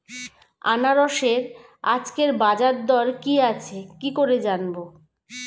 আনারসের আজকের বাজার দর কি আছে কি করে জানবো?